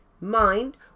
mind